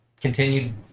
continued